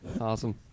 Awesome